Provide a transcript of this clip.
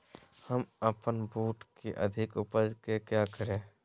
हम अपन बूट की अधिक उपज के क्या करे?